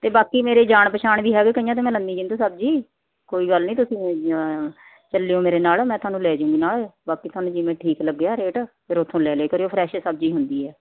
ਅਤੇ ਬਾਕੀ ਮੇਰੇ ਜਾਣ ਪਛਾਣ ਵੀ ਹੈਗੇ ਕਈਆਂ 'ਤੇ ਮੈਂ ਲੈਂਦੀ ਜਿਨ੍ਹਾਂ 'ਤੇ ਸਬਜ਼ੀ ਕੋਈ ਗੱਲ ਨਹੀਂ ਤੁਸੀਂ ਚੱਲੇਓ ਮੇਰੇ ਨਾਲ ਮੈਂ ਤੁਹਾਨੂੰ ਲੈ ਜੂੰਗੀ ਨਾਲ ਬਾਕੀ ਤੁਹਾਨੂੰ ਜਿਵੇਂ ਠੀਕ ਲੱਗਿਆ ਰੇਟ ਫਿਰ ਉੱਥੋਂ ਲੈ ਲੇ ਕਰਿਓ ਫਰੈਸ਼ ਸਬਜ਼ੀ ਹੁੰਦੀ ਹੈ